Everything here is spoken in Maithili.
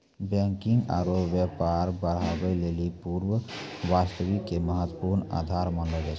बैंकिग आरु व्यापार बढ़ाबै लेली पूर्ण वापसी के महत्वपूर्ण आधार मानलो जाय छै